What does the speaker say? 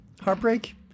Heartbreak